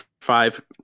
five